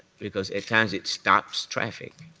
because at times it stops traffic,